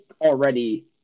already